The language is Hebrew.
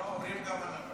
לא, אומרים גם ענָבָה.